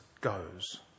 goes